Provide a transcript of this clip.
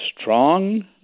strong